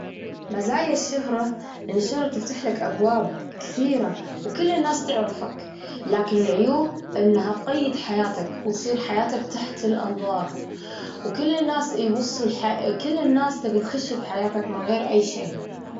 أفضل أعيش على الأرظ واتمتع بجمالها. ما أبي السفر للفظاء، وش بسوي في هالسفر؟ لا، أحب أنا أعيش عالأرظ واتمتع بالجمال الأرظ وما فيها من نعم.